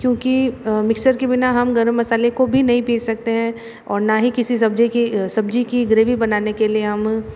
क्योंकि मिक्सर के बिना हम गरम मसाले को भी नहीं पीस सकतें हैं और ना ही किसी सब्ज़ी की सब्ज़ी की ग्रेवी बनाने के लिए हम